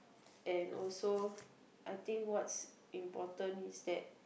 and also I think what's important is that